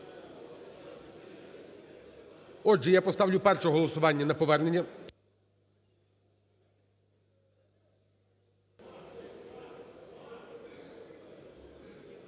Отже, я поставлю перше голосування - на повернення,